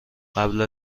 قبل